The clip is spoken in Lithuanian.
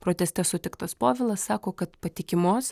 proteste sutiktas povilas sako kad patikimos